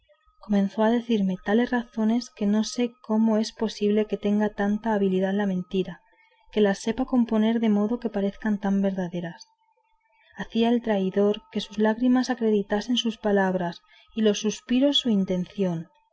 comenzó a decirme tales razones que no sé cómo es posible que tenga tanta habilidad la mentira que las sepa componer de modo que parezcan tan verdaderas hacía el traidor que sus lágrimas acreditasen sus palabras y los suspiros su intención